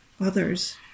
others